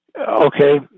okay